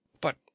But